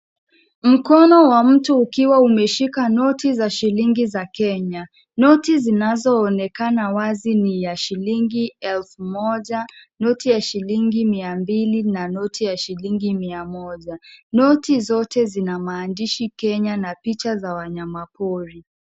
Mkono wa mtu ukiwa umeshika noti za shilingi za Kenya. Noti zinazoonekana wazi ni ya shilingi elfu moja, noti ya shilingi mia mbili na noti ya shilingi mia moja. Noti zote zina maandishi Kenya na picha za wanyama pori.